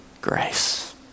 grace